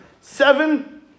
seven